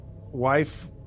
wife